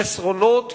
חסרונות,